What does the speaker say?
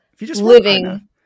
living